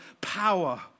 power